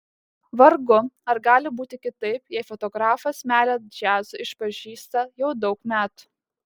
vargu ar gali būti kitaip jei fotografas meilę džiazui išpažįsta jau daug metų